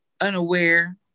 unaware